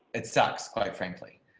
it sucks, quite frankly,